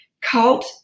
Cult